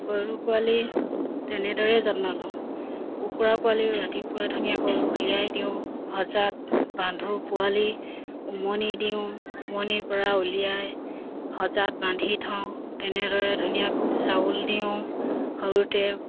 গৰু পোৱালিও তেনেদৰেই যত্ন লওঁ কুকুৰা পোৱালি ৰাতিপুৱা ধুনীয়াকৈ উলিয়াই দিওঁ সজাত বান্ধো পোৱালি উমনি দিওঁ উমনিৰপৰা উলিয়াই সজাত বান্ধি থওঁ তেনেদৰে ধুনীয়াকৈ চাউল দিওঁ সৰুতে